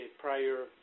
prior